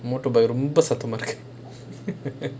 motorbike ரொம்ப சத்தமா இருக்கு:romba sathamaa irukku